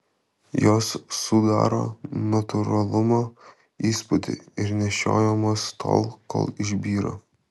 jos sudaro natūralumo įspūdį ir nešiojamos tol kol išbyra